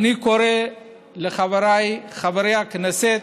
אני קורא לחבריי חברי הכנסת